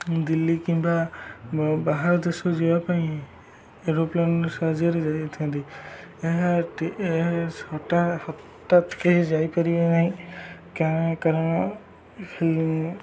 ଦିଲ୍ଲୀ କିମ୍ବା ବାହାର ଦେଶ ଯିବା ପାଇଁ ଏରୋପ୍ଲେନ୍ ସାହାଯ୍ୟରେ ଯାଇଥାନ୍ତି ଏହା ଏହା ହଟା ହଠାତ୍ କେହି ଯାଇପାରିବେ ନାହିଁ କାର କାରଣ ଫି